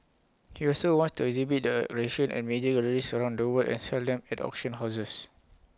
he also wants to exhibit the at major galleries around the world and sell them at auction houses